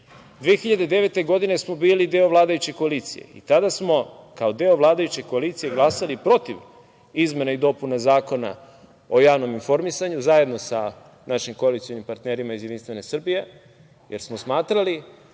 2009. smo bili deo vladajuće koalicije i tada smo kao deo vladajuće koalicije glasali protiv izmena i dopune Zakona o javnom informisanju, zajedno sa našim koalicionim partnerima iz JS, jer smo smatrali